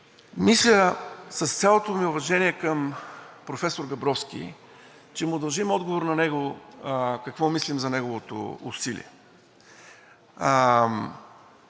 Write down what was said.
Мисля, с цялото ми уважение към професор Габровски, че дължим отговор на него какво мислим за неговото усилие.